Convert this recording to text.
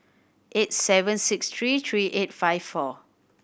eight seven six three three eight five four